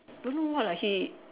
don't know what ah he